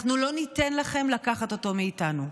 אנחנו לא ניתן לכם לקחת אותו מאיתנו.